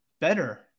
better